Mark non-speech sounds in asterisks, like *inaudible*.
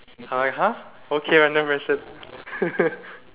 I was like !huh! okay random person *laughs*